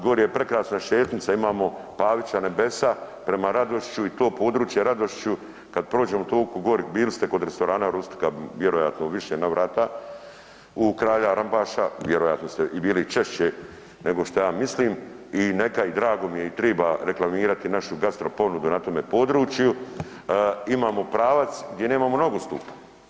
Gori je prekrasna šetnica, imamo Pavića nebesa prema Radošiću i to područje u Radošiću kad prođemo tolko gori, bili ste kod restorana „Rustika“ vjerojatno u više navrata, u „Kralja Rmbaša“, vjerojatno ste i bili češće nego šta ja mislim i neka i drago mi je i triba reklamirati našu gastro ponudu na tome području, imamo pravac gdje nemamo nogostupa.